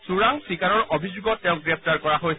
চোৰাং চিকাৰৰ অভিযোগত তেওঁক গ্ৰেপ্তাৰ কৰা হৈছে